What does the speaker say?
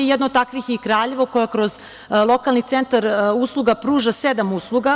Jedno od takvih je i Kraljevo koje kroz lokalni centar usluga pruža sedam usluga.